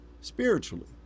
spiritually